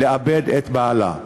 לאבד את בעלה,